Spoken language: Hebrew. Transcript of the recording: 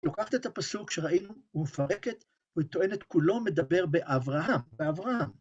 לוקחת את הפסוק שראינו, ומפרקת, הוא טוען את כולו, מדבר באברהם.